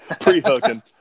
pre-hooking